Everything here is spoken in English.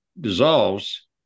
dissolves